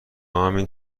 همین